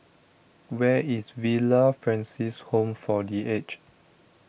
where is Villa Francis Home for the Aged